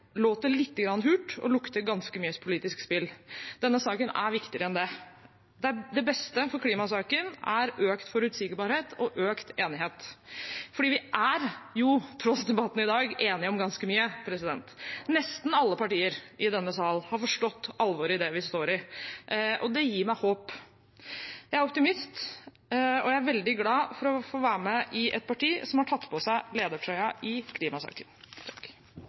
lite grann hult og lukter ganske mye politisk spill. Denne saken er viktigere enn det. Det beste for klimasaken er økt forutsigbarhet og økt enighet, for vi er jo, til tross for debatten i dag, enige om ganske mye. Nesten alle partier i denne sal har forstått alvoret i det vi står i, og det gir meg håp. Jeg er optimist, og jeg er veldig glad for å få være med i et parti som har tatt på seg ledertrøya i klimasaken.